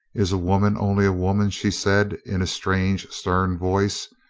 is a woman only a woman? she said in a strange, stern voice.